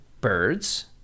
birds